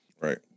Right